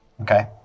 Okay